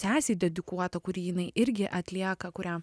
sesei dedikuota kurį jinai irgi atlieka kurią